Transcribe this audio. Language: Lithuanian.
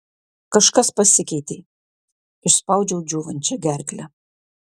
kažkas pasikeitė išspaudžiau džiūvančia gerkle